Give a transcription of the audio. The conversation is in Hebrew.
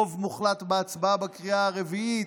רוב מוחלט בהצבעה בקריאה הרביעית,